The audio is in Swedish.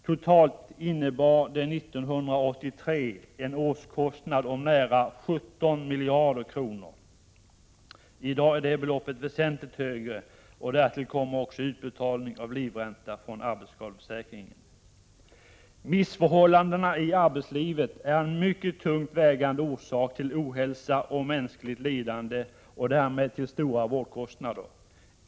Totalt innebar det 1983 en årskostnad om nära 17 miljarder kronor. I dag är det beloppet väsentligt högre. Därtill kommer också utbetalning av livränta från arbetsskadeförsäkringen. Missförhållanden i arbetslivet är en mycket tungt vägande orsak till ohälsa och mänskligt lidande och därmed till stora vårdkostnader.